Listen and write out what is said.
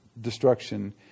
destruction